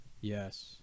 yes